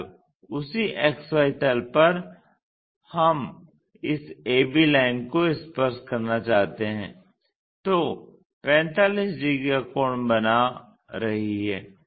अब उसी XY तल पर हम इस ab लाइन को स्पर्श करना चाहते हैं जो 45 डिग्री का कोण बना रही है